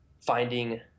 finding